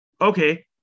Okay